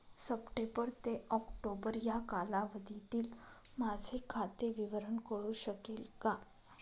September ते October या कालावधीतील माझे खाते विवरण कळू शकेल का?